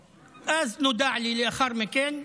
ואז נודע לי, לאחר מכן,